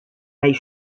nahi